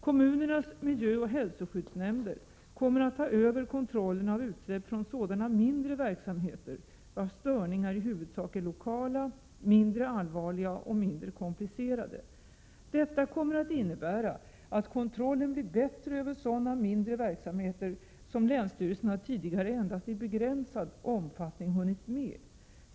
Kommunernas miljöoch hälsoskyddsnämnder kommer att ta över kontrollen av utsläpp från sådana mindre verksamheter vars störningar i huvudsak är lokala, mindre allvarliga och mindre komplicerade. Detta kommer att innebära att kontrollen blir bättre över sådana mindre verksamheter som länsstyrelserna tidigare endast i begränsad omfattning hunnit med.